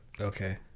Okay